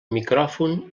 micròfon